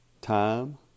time